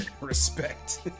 respect